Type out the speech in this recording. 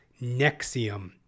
Nexium